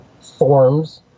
forms